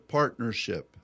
partnership